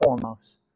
foremost